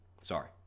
Sorry